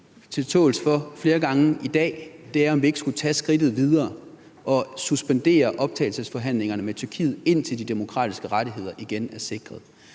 at slå på flere gange i dag, er, om vi ikke skulle tage skridtet videre og suspendere optagelsesforhandlingerne med Tyrkiet, indtil de demokratiske rettigheder igen er sikret.